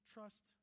Trust